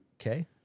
Okay